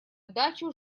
дачу